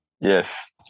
Yes